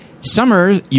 summer